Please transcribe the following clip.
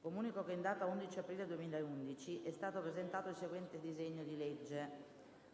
Comunico che in data 11 aprile 2011 è stato presentato il seguente disegno di legge: